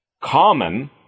common